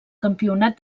campionat